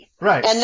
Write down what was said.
Right